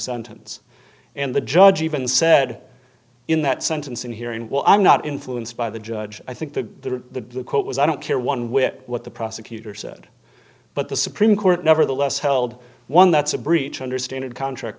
sentence and the judge even said in that sentencing hearing well i'm not influenced by the judge i think the quote was i don't care one whit what the prosecutor said but the supreme court nevertheless held one that's a breach understanded contract